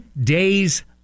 days